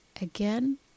again